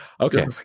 Okay